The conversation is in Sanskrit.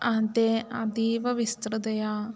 अन्ते अतीवविस्तृततया